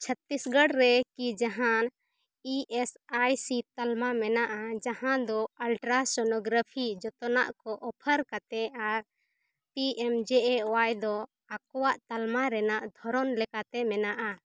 ᱪᱷᱚᱛᱨᱤᱥᱜᱚᱲ ᱨᱮᱠᱤ ᱡᱟᱦᱟᱱ E S I C ᱛᱟᱞᱢᱟ ᱢᱮᱱᱟᱜᱼᱟ ᱡᱟᱦᱟᱸ ᱫᱚ ᱟᱞᱴᱨᱟᱥᱳᱱᱳᱜᱨᱟᱯᱷᱤ ᱡᱷᱚᱛᱚᱱᱟᱜ ᱠᱚ ᱚᱯᱷᱟᱨ ᱠᱟᱛᱮᱫ ᱟᱨ P M J A Y ᱫᱚ ᱟᱠᱚᱣᱟᱜ ᱛᱟᱞᱢᱟ ᱨᱮᱱᱟᱜ ᱫᱷᱚᱨᱚᱱ ᱮᱠᱟᱛᱮ ᱢᱮᱱᱟᱜᱼᱟ